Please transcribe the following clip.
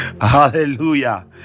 Hallelujah